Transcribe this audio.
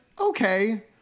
okay